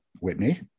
Whitney